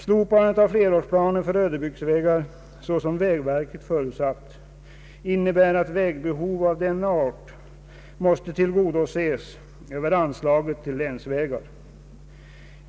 Slopandet av flerårsplanen för ödebygdsvägar, såsom vägverket förutsatt, innebär att vägbehov av denna art måste tillgodoses över anslaget till länsvägar.